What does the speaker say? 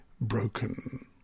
broken